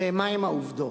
ומהן העובדות.